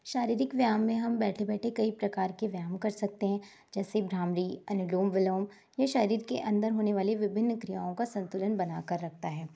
शारीरिक व्यायाम में हम बैठे बैठे कई प्रकार के व्यायाम कर सकते हैं जैसे भ्रामरी अनुलोम विलोम ये शरीर के अंदर होने वाली विभिन्न क्रियाओं का संतुलन बना कर रखता है